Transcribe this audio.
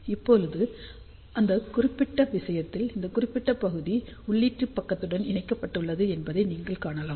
இப்போது இந்த குறிப்பிட்ட விஷயத்தில் இந்தக் குறிப்பிட்ட பகுதி உள்ளீட்டு பக்கத்துடன் இணைக்கப்பட்டுள்ளது என்பதை நீங்கள் காணலாம்